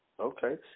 Okay